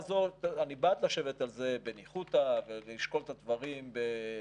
אני בעד לשבת על זה בניחותא ולשקול את הדברים ברוגע,